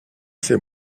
ces